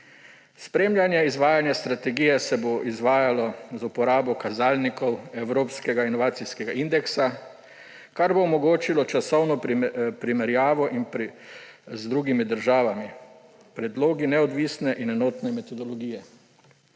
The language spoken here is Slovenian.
Spremljanje izvajanja strategije se bo izvajalo z uporabo kazalnikov evropskega inovacijskega indeksa, kar bo omogočilo časovno primerjavo z drugimi državami, predlogi neodvisne in enotne metodologije.